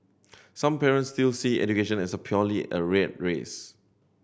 some parents still see education as a purely a rat race